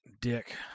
dick